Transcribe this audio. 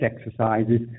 exercises